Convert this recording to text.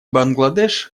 бангладеш